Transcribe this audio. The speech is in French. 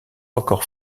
encore